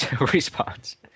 response